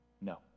No